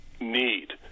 need